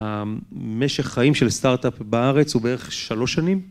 המשך חיים של סטארט-אפ בארץ הוא בערך שלוש שנים.